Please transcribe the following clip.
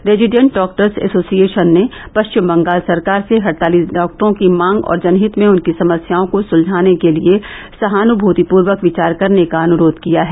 resident doctors association ने पश्चिम बंगाल सरकार से हड़ताली डॉक्टरों की मांग और जनहित में उनकी समस्याओं को सुलझाने के लिए सहानुभूतिपूर्वक विचार करने का अनुरोध किया है